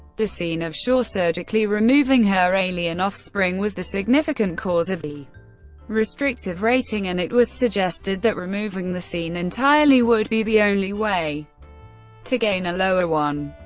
the scene of shaw surgically removing her alien offspring was the significant cause of the restrictive rating, and it was suggested that removing the scene entirely would be the only way to gain a lower one.